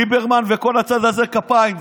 ליברמן וכל הצד הזה, כפיים.